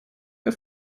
ihr